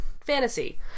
fantasy